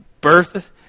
birth